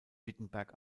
wittenberg